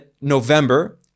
November